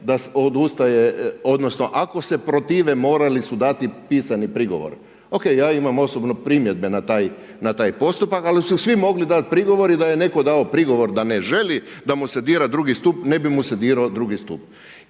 da odustaje, odnosno ako se protive morali su dati pisani prigovor. Ok, ja imam osobno primjedbe na taj postupak, ali su svi mogli dati prigovor i da je netko dao prigovor da ne želi da mu se dira II. stup, ne bi mu se dirao II. stup.